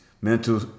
mental